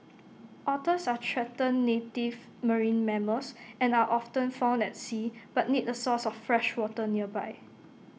otters are threatened native marine mammals and are often found at sea but need A source of fresh water nearby